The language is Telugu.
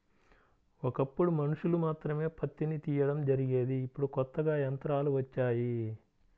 ఒకప్పుడు మనుషులు మాత్రమే పత్తిని తీయడం జరిగేది ఇప్పుడు కొత్తగా యంత్రాలు వచ్చాయి